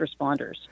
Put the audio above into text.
responders